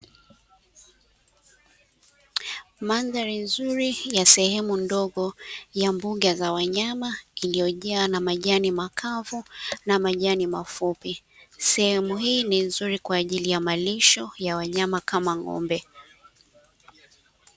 Mandhari nzuri ya sehemu ndogo ya mbuga za wanyama, iliyojaa na majani makavu na majani mafupi. Sehemu hii ni nzuri kwa ajili ya malisho ya wanyama kama ng'ombe.